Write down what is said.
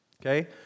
Okay